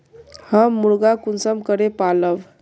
हम मुर्गा कुंसम करे पालव?